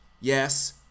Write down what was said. yes